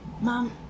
mom